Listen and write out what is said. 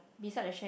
beside the shack